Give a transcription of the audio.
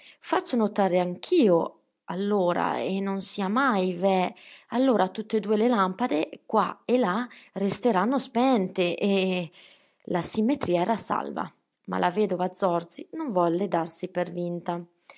faccio notare anch'io allora e non sia mai veh allora tutt'e due le lampade qua e là resteranno spente e la simmetria era salva ma la vedova zorzi non volle darsi per vinta